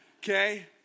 Okay